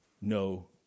no